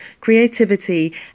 creativity